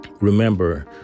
Remember